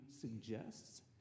suggests